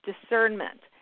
discernment